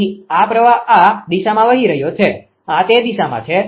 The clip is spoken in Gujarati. તેથી આ પ્રવાહ આ દિશામાં વહી રહ્યો છે આ તે દિશા છે